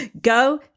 go